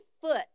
foot